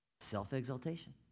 Self-exaltation